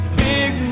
big